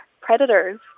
predators